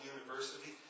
University